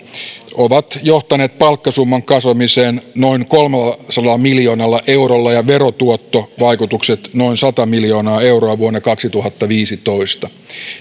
ovat johtaneet palkkasumman kasvamiseen noin kolmellasadalla miljoonalla eurolla ja verotuottovaikutukset ovat olleet noin sata miljoonaa euroa vuonna kaksituhattaviisitoista